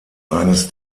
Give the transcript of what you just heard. eines